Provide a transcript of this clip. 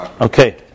Okay